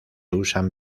usan